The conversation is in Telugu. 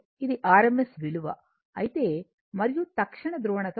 ఇది rms విలువ అయితే మరియు తక్షణ ధ్రువణత ఉంది